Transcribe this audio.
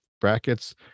brackets